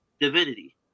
divinity